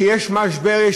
שיש משבר,